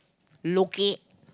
locate